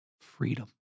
freedom